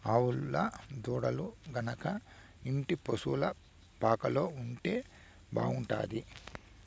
ఆవుల దూడలు గనక ఇంటి పశుల పాకలో ఉంటే బాగుంటాది